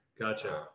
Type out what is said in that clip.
Gotcha